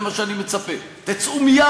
אני מוכן לבטל את כל נושא מפעל הפיס, ותבטל את כל,